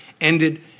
ended